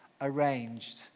arranged